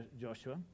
Joshua